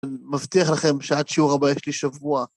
אני מבטיח לכם שעת שיעור הבאה יש לי שבוע.